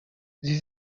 sie